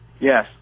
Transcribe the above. Yes